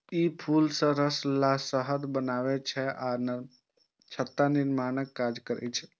ई फूल सं रस लए के शहद बनबै छै आ छत्ता निर्माणक काज करै छै